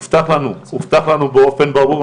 הובטח לנו באופן ברור,